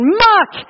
muck